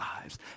lives